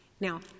Now